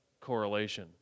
correlation